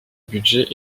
budget